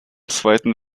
zweiten